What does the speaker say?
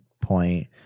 point